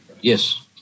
Yes